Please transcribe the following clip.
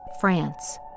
France